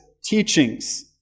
teachings